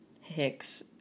Hicks